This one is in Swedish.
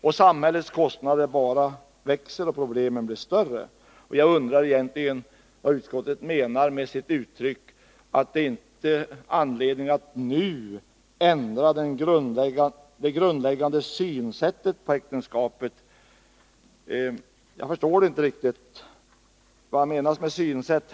Och samhällets kostnader bara växer och problemen blir allt större. Vad menar utskottet egentligen när man säger att det inte är anledning att nu ändra det grundläggande synsättet på äktenskapet? Jag förstår inte vad som här menas med synsätt.